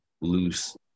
loose